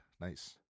Nice